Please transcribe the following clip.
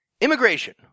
Immigration